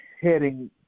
heading